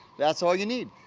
that's all you need.